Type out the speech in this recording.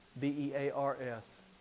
b-e-a-r-s